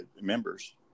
members